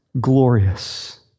glorious